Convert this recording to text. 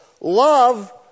Love